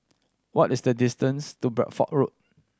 what is the distance to Bedford Road